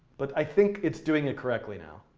but i think it's doing it correctly now.